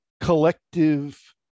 collective